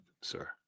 sir